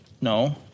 No